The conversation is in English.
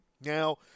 Now